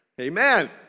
Amen